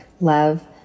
Love